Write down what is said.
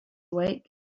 awake